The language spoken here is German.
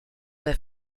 der